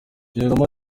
yungamo